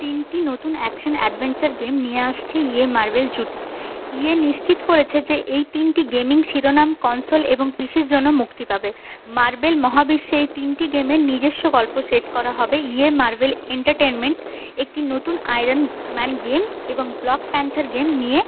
তিনটি নতুন action adventure game নিয়ে আসছে ইএ মার্বেল জুটি ইএ নিশ্চিত করেছে যে এই তিনটি গেমিং শিরোনাম কনসোল এবং পিসের জন্য মুক্তি পাবে মার্বেল মহাবিশ্বে এই তিনটি গেমের নিজেস্ব গল্প সেট করা হবে ইএ মার্বেল এন্টারটেনমেন্ট একটি নতুন আয়রন ম্যান গেম এবং ব্ল্যাক প্যান্থার গেম নিয়ে